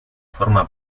forma